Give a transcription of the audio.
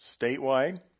statewide